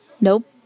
Nope